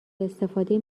استفاده